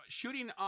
shooting